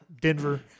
Denver